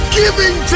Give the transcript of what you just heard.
giving